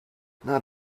not